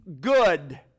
good